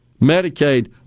Medicaid